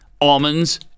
Almonds